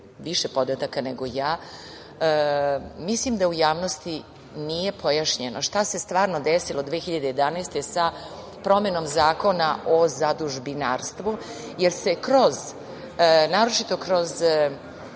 više podataka nego ja. Mislim da u javnosti nije pojašnjeno šta se stvarno desilo 2011. godine sa promenom Zakona o zadužbinarstvu. Naročito se kroz